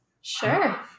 Sure